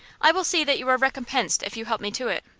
i will see that you are recompensed if you help me to it.